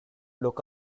look